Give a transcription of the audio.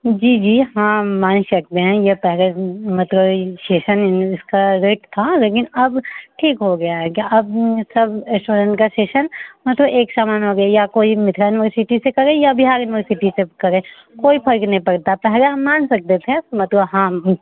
जी जी हाँ मान सकते हैं ये पहले दिन मतलब यह सेशन इन इसका रेट था लेकिन अब ठीक हो गया है क्या अब सब एस्योरेंस का सेशन मतलब एक समान हो गई या कोई मिथला यूनिवर्सिटी से करेँ या बिहार यूनिवर्सिटी से करेँ कोई फ़र्क़ नहीं पड़ता पहले हम मान सकते थे मतलब हाँ